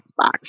Xbox